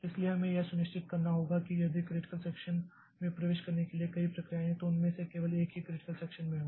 इसलिए हमें यह सुनिश्चित करना होगा कि यदि क्रिटिकल सेक्षन में प्रवेश करने के लिए कई प्रक्रियाएं हैं तो उनमें से केवल एक ही क्रिटिकल सेक्षन में हो